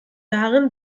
darin